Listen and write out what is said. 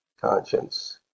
conscience